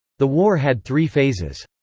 the war had three phases.